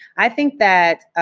i think that.